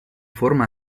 forma